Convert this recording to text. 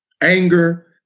anger